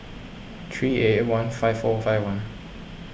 three eight eight one five four five one